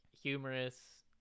Humorous